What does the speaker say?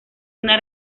una